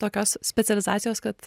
tokios specializacijos kad